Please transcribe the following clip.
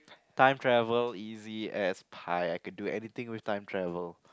time travel easy as pie I can do everything with time travel